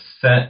set